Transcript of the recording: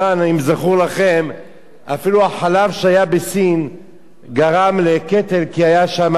אפילו החלב שהיה בסין גרם לקטל כי היה שם זיופים נוראיים.